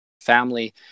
family